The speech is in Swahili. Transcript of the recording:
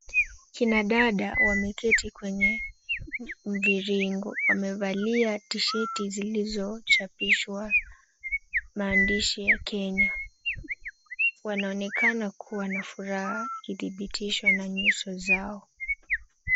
Kina dada wameketi kwenye mviringo. Wamevalia tsheti zilizochapishwa maandishi ya Kenya. Wanaonekana kuwa na furaha kithibitisho na nyuso zao.